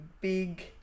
big